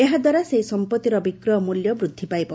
ଏହା ଦ୍ୱାରା ସେହି ସମ୍ପତ୍ତିର ବିକ୍ରୟ ମୂଲ୍ୟ ବୃଦ୍ଧି ପାଇବ